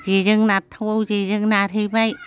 जेजों नारथावाव जेजों नारहैबाय